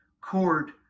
cord